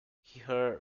her